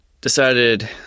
decided